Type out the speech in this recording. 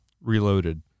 Reloaded